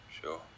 Sure